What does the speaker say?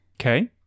Okay